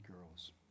girls